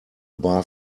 bar